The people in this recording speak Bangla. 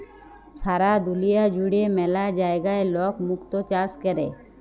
সারা দুলিয়া জুড়ে ম্যালা জায়গায় লক মুক্ত চাষ ক্যরে